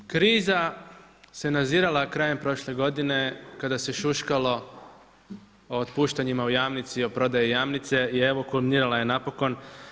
Kriza se nadzirala krajem prošle godine kada se šuškalo o otpuštanjima u Jamnici, o prodaji Jamnice i evo kulminirala je napokon.